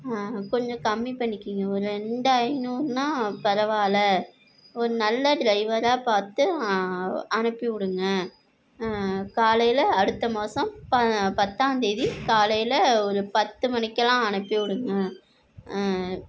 கொஞ்சம் கம்மி பண்ணிக்கோங்க ஒரு ரெண்டு ஐநூறுனால் பரவாயில்ல ஒரு நல்ல டிரைவராக பார்த்து அனுப்பி விடுங்க காலையில் அடுத்த மாதம் ப பத்தாந்தேதி காலையில் ஒரு பத்து மணிக்குலாம் அனுப்பி விடுங்க